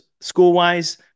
school-wise